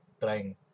trying